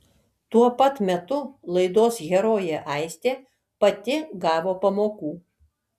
tuo pat metu laidos herojė aistė pati gavo pamokų